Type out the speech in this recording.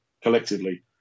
collectively